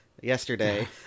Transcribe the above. yesterday